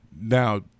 Now